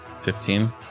Fifteen